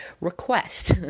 request